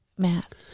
Matt